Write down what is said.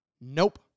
Nope